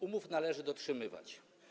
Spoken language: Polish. Umów należy dotrzymywać.